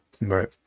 Right